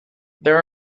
there